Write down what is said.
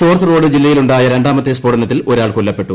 സോർത്ത്റോഡ് ജില്ലയിലുണ്ടായ രണ്ടാമത്തെ സ്ഫോടനത്തിൽ ഒരാൾ കൊല്ലപ്പെട്ടു